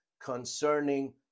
concerning